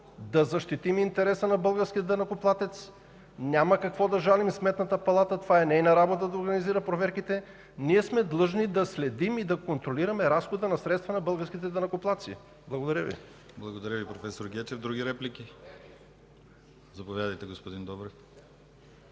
да защитим интереса на българския данъкоплатец. Няма какво да жалим Сметната палата. Това е нейна работа да организира проверките. Ние сме длъжни да следим и контролираме разхода на средствата на българските данъкоплатци. Благодаря. ПРЕДСЕДАТЕЛ ДИМИТЪР ГЛАВЧЕВ: Благодаря, проф. Гечев. Други реплики? Заповядайте, господин Добрев.